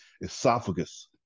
esophagus